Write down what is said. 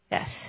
Yes